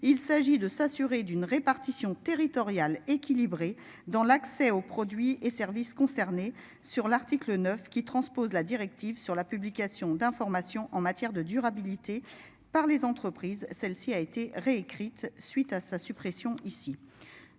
il s'agit de s'assurer d'une répartition territoriale équilibrée dans l'accès aux produits et services concernés sur l'article 9 qui transpose la directive sur la publication d'informations en matière de durabilité par les entreprises. Celle-ci a été réécrite suite à sa suppression ici.